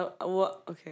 Okay